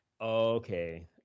Okay